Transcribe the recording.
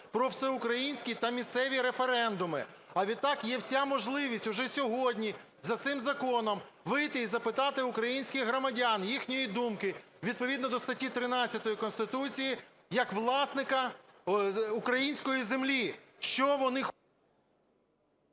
"Про всеукраїнський та місцеві референдуми", а відтак є вся можливість уже сьогодні за цим законом вийти і запитати українських громадян їхньої думки відповідно до статті 13 Конституції як власника української землі, що вони…